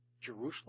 Jerusalem